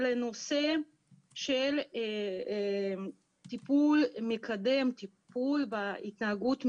לנושא של טיפול מקדם, טיפול בהתנהגות מאתגרת,